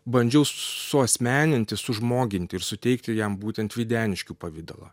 bandžiau suasmeninti sužmoginti ir suteikti jam būtent videniškių pavidalą